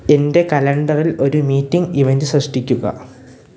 എന്റെ കലണ്ടറിൽ ഒരു മീറ്റിംഗ് ഇവന്റ് സൃഷ്ടിക്കുക